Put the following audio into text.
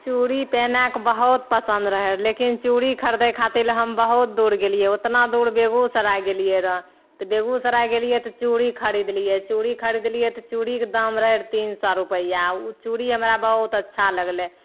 चूड़ी पेन्है कऽ बहुत पसन्द रहए लेकिन चूड़ी खरिदै खातिल हम बहुत दूर गेलियै ओतना दूर बेगुओसराय गेलियै रऽ तऽ बेगुसराय गेलियै तऽ चूड़ी खरिदलियै चूड़ी खरिदलियै तऽ चूड़ीक दाम रहै तीन सए रुपैआ आ ओ चूड़ी हमरा बहुत अच्छा लगलै